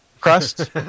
crust